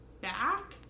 back